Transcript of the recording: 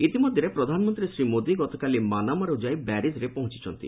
ଇତିମଧ୍ୟରେ ପ୍ରଧାନମନ୍ତ୍ରୀ ଶ୍ରୀ ମୋଦୀ ଗତକାଲି ମାନାମାରୁ ଯାଇ ବାରିକ୍ରେ ପହଞ୍ଚିଛନ୍ତି